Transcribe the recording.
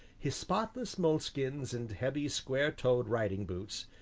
his spotless moleskins and heavy, square-toed riding boots,